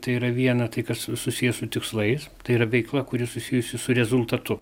tai yra viena tai kas su susiję su tikslais tai yra veikla kuri susijusi su rezultatu